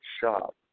shop